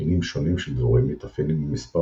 מינים שונים של דבורים מתאפיינים במספר